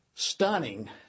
Stunning